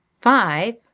five